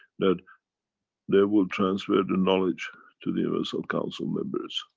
that they will transfer the knowledge to the universal council members.